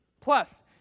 plus